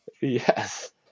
Yes